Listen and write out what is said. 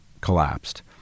collapsed